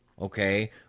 okay